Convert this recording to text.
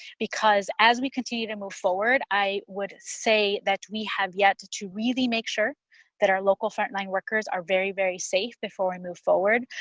because as we continue to move forward, i would say that we have yet to to really make sure that our local frontline workers are very, very safe before i move forward.